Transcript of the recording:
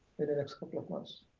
in the next couple of months.